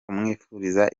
kumwifuriza